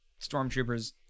stormtroopers